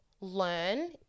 learn